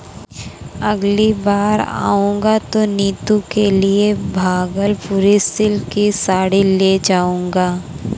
अगली बार आऊंगा तो नीतू के लिए भागलपुरी सिल्क की साड़ी ले जाऊंगा